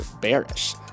Bearish